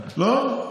לא?